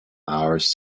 hours